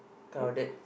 crowded